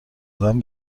دادن